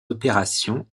opérations